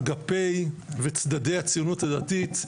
אגפי וצדדי הציונות הדתית,